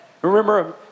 Remember